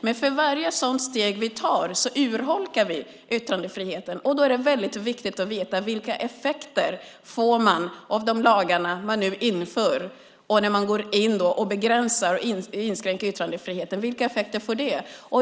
Men för varje sådant steg vi tar urholkar vi yttrandefriheten, och då är det väldigt viktigt att veta vilka effekter man får av de lagar man inför när man går in och begränsar och inskränker yttrandefriheten. Vilka effekter får det?